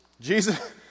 Jesus